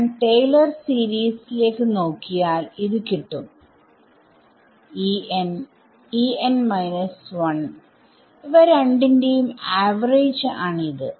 ഞാൻ ടയിലർ സീരീസിലേക്ക് നോക്കിയാൽ ഇത് കിട്ടും ഇവ രണ്ടിന്റെയും ആവറേജ് ആണിത്